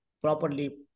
properly